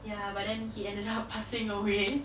ya but then he ended up passing away